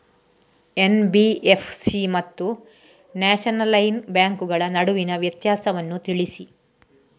NBFC ಮತ್ತು nationalise ಬ್ಯಾಂಕುಗಳ ನಡುವಿನ ವ್ಯತ್ಯಾಸವನ್ನು ತಿಳಿಸಿ?